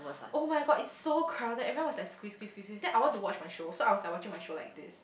[oh]-my-god it's so crowded everyone was like squeeze squeeze squeeze squeeze then I want to watch my show so I was like watching my show like this